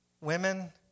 women